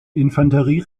infanterie